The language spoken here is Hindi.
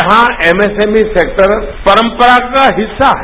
यहां एमएसएमई सेक्टर परम्परा का हिस्सा है